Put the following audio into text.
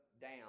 down